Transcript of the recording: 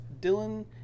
Dylan